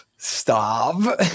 stop